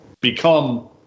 become